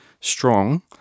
strong